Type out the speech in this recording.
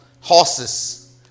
horses